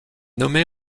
nommée